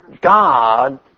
God